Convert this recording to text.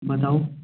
बताओ